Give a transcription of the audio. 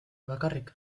bakarrik